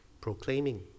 proclaiming